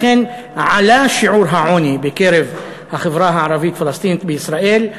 לכן עלה שיעור העוני בקרב החברה הערבית-פלסטינית בישראל.